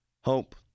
hope